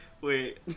Wait